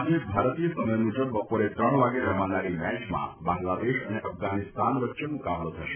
આજે ભારતીય સમય મુજબ બપોરે ત્રણ વાગે રમાનારી મેચમાં બાંગ્લાદેશ અને અફઘાનિસ્તાન વચ્ચે મુકાબલો થશે